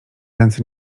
ręce